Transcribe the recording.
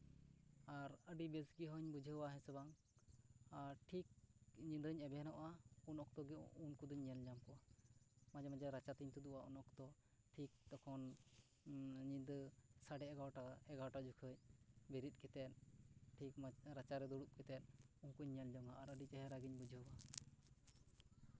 ᱟᱨ ᱟᱹᱰᱤ ᱵᱮᱥ ᱜᱮ ᱦᱚᱸᱧ ᱵᱩᱡᱷᱟᱹᱣᱟ ᱦᱮᱸ ᱥᱮ ᱵᱟᱝ ᱟᱨ ᱴᱷᱤᱠ ᱧᱤᱫᱟᱹᱧ ᱮᱵᱷᱮᱱᱚᱜᱼᱟ ᱩᱱ ᱚᱠᱛᱚ ᱜᱮ ᱩᱱᱠᱩ ᱫᱚᱧ ᱧᱮᱞ ᱧᱟᱢ ᱠᱚᱣᱟ ᱢᱟᱡᱷᱮ ᱢᱟᱡᱷᱮ ᱨᱟᱪᱟ ᱛᱤᱧ ᱛᱩᱫᱩᱜᱼᱟ ᱩᱱ ᱚᱠᱛᱚ ᱴᱷᱤᱠ ᱛᱚᱠᱷᱚᱱ ᱧᱤᱫᱟᱹ ᱥᱟᱲᱮ ᱮᱜᱟᱨᱚᱴᱟ ᱮᱜᱟᱨᱚᱴᱟ ᱡᱚᱠᱷᱚᱡ ᱵᱮᱨᱮᱫ ᱠᱟᱛᱮᱫ ᱴᱷᱤᱠ ᱨᱟᱪᱟᱨᱮ ᱫᱩᱲᱩᱵᱽ ᱠᱟᱛᱮᱫ ᱩᱱᱠᱩᱧ ᱧᱮᱞ ᱡᱚᱝᱼᱟ ᱟᱨ ᱟᱹᱰᱤ ᱪᱮᱦᱮᱨᱟ ᱜᱮᱧ ᱵᱩᱡᱷᱟᱹᱣᱟ